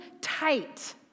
tight